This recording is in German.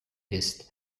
ist